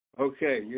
Okay